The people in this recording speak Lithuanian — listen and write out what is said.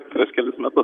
prieš kelis metus